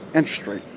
interest rate,